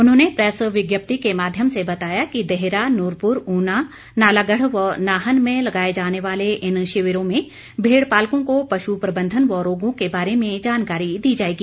उन्होंने प्रैस विज्ञप्ति के माध्यम से बताया कि देहरा नूरपुर ऊना नालागढ़ व नाहन में लगाए जाने वाले इन शिविरों में भेड पालकों को पशु प्रबंधन व रोगों के बारे में जानकारी दी जाएगी